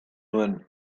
nuen